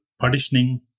partitioning